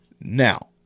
Now